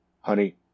honey